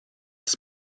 das